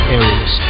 areas